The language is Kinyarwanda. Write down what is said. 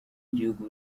igihugu